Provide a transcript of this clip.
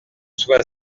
soient